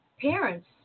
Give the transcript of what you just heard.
parents